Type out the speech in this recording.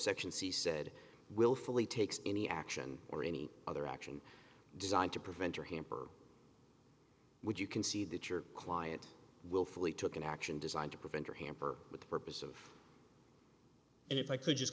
subsection c said willfully takes any action or any other action designed to prevent or hamper which you can see that your client willfully took an action designed to prevent or hamper with the purpose of and if i could just